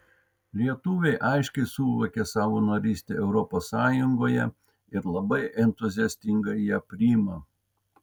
lietuviai aiškiai suvokė savo narystę europos sąjungoje ir labai entuziastingai ją priima